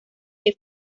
que